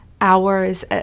hours